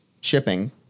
shipping